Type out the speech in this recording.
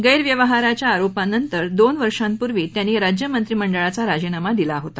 गैरव्यवहाराच्या आरोपांनंतर दोन वर्षांपुर्वी त्यांनी राज्य मंत्रिमंडळाचा राजिनामा दिला होता